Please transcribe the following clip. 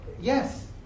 yes